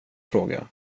fråga